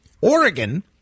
Oregon